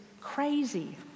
crazy